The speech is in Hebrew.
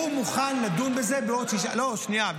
הוא מוכן לדון בזה בעוד שישה שבועות.